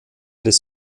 des